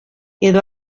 edo